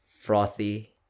frothy